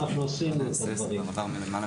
ואנחנו עשינו את הדברים האלה.